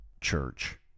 church